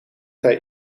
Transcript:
hij